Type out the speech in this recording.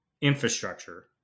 infrastructure